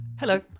Hello